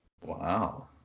Wow